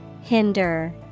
Hinder